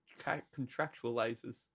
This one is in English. contractualizes